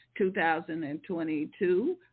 2022